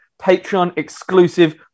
Patreon-exclusive